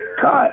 Cut